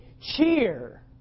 cheer